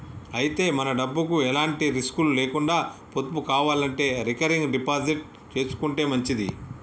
అయితే మన డబ్బుకు ఎలాంటి రిస్కులు లేకుండా పొదుపు కావాలంటే రికరింగ్ డిపాజిట్ చేసుకుంటే మంచిది